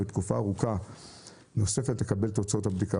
ותקופה ארוכה נוספת כדי לקבל את תוצאות הבדיקה.